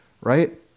right